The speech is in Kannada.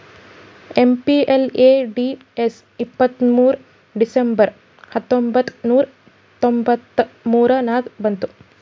ಎಮ್.ಪಿ.ಎಲ್.ಎ.ಡಿ.ಎಸ್ ಇಪ್ಪತ್ತ್ಮೂರ್ ಡಿಸೆಂಬರ್ ಹತ್ತೊಂಬತ್ ನೂರಾ ತೊಂಬತ್ತ ಮೂರ ನಾಗ ಬಂತು